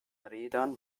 rädern